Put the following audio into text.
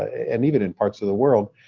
and even in parts of the world,